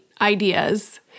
ideas